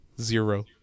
Zero